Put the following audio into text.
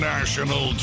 National